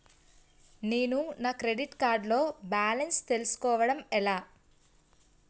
నేను నా credit card లో బాలన్స్ తెలుసుకోవడం ఎలా?